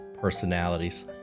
personalities